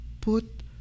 Put